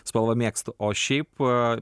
spalvą mėgstu o šiaip